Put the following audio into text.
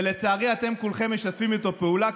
לצערי אתם כולכם משתפים איתו פעולה,